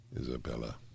Isabella